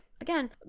again